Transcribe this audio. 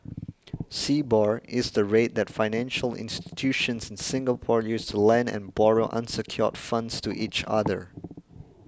slbor is the rate that financial institutions in Singapore use to lend and borrow unsecured funds to each other